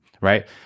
right